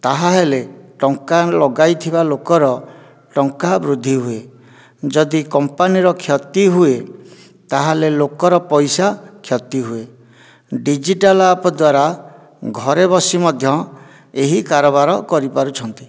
ତାହା ହେଲେ ଟଙ୍କା ଲଗାଇଥିବା ଲୋକର ଟଙ୍କା ବୃଦ୍ଧି ହୁଏ ଯଦି କମ୍ପାନୀର କ୍ଷତି ହୁଏ ତା'ହେଲେ ଲୋକର ପଇସା କ୍ଷତି ହୁଏ ଡିଜିଟାଲ ଆପ ଦ୍ଵାରା ଘରେ ବସି ମଧ୍ୟ ଏହି କାରବାର କରିପାରୁଛନ୍ତି